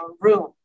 room